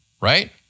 right